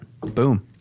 Boom